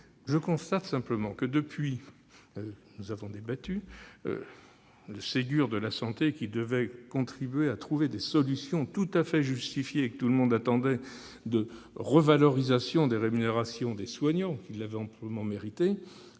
Je constate simplement que, depuis nos débats, le Ségur de la santé, qui devait trouver des solutions, tout à fait justifiées et que tout le monde attendait, concernant la revalorisation des rémunérations des soignants, qui l'avaient amplement méritée,